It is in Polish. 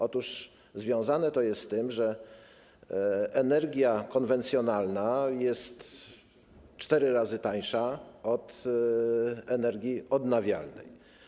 Otóż związane to jest z tym, że energia konwencjonalna jest cztery razy tańsza od energii odnawialnej.